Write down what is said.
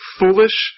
foolish